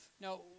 Now